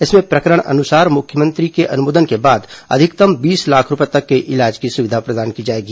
इसमें प्रकरण अनुसार और मुख्यमंत्री को अधिकतम बीस लाख रूपये तक के इलाज की सुविधा प्रदान की जाएगी